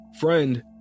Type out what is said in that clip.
friend